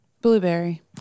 Blueberry